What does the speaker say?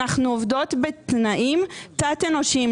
אנחנו עובדות בתנאים תת-אנושיים,